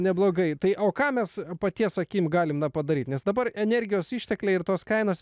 neblogai tai o ką mes paties akim galime padaryti nes dabar energijos ištekliai ir tos kainos